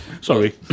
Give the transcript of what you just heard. sorry